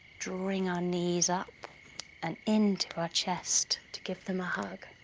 drawing our knees up and into our chest to give them a hug.